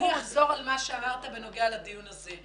אני אחזור על מה שאמרת בנוגע לדיון הזה.